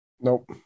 nope